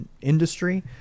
industry